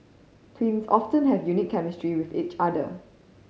twins often have unique chemistry with each other